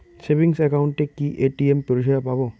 Savings একাউন্টে কি ATM পরিসেবা পাব?